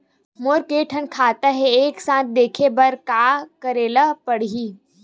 मोर के थन खाता हे एक साथ देखे बार का करेला पढ़ही?